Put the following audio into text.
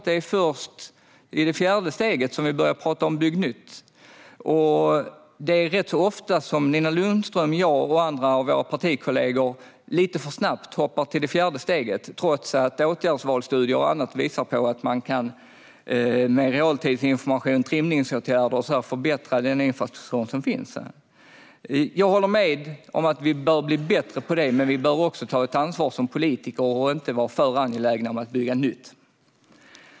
Det är först i det fjärde steget som vi börjar prata om att bygga nytt. Det är ofta som Nina Lundström, jag och andra av våra partikollegor lite för snabbt hoppar till det fjärde steget trots att åtgärdsvalsstudier och annat visar att man med information i realtid och trimningsåtgärder kan förbättra den infrastruktur som redan finns. Jag håller med om att vi bör bli bättre på det, men vi bör också ta ett ansvar som politiker och inte vara för angelägna om att bygga nytt.